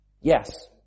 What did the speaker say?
yes